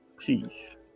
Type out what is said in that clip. peace